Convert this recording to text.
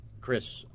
Chris